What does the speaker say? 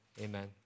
amen